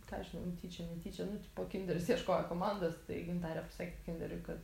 ką aš žinau jin tyčia netyčia nu tipo kinderis ieškojo komandos tai gintarė pasakė kinderiui kad